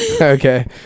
okay